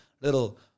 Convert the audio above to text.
little